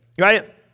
right